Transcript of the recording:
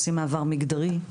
עושים מעבר מגדרי.